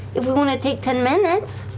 if we want to take ten minutes?